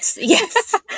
yes